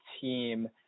team